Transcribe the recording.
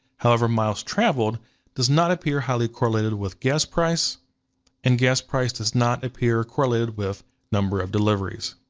however, miles traveled does not appear highly correlated with gas price and gas price does not appear correlated with number of deliveries.